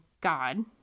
God